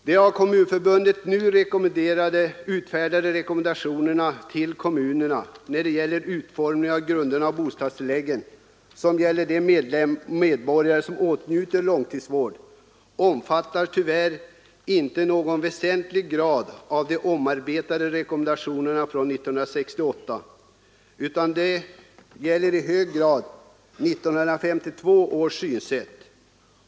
De av Kommunförbundet nu utfärdade rekommendationerna till kommunerna om utformningen av grunderna för bostadstilläggen när det gäller de medborgare som åtnjuter långtidsvård omfattade tyvärr inte i någon väsentlig grad de omarbetade rekommendationerna från 1968, utan vad som gäller är i hög grad 1952 års synsätt.